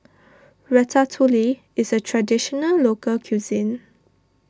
Ratatouille is a Traditional Local Cuisine